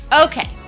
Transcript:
Okay